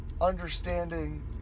understanding